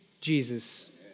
Jesus